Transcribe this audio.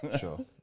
Sure